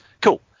Cool